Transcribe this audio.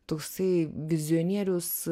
toksai vizionierius